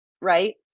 Right